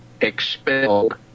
expelled